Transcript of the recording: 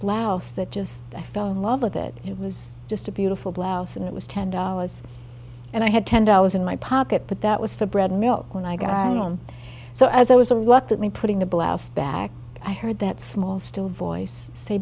blouse that just i fell in love with it it was just a beautiful blouse and it was ten dollars and i had ten dollars in my pocket but that was for bread and milk when i got home so as i was a reluctantly putting the blouse back i heard that small still voice say